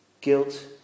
guilt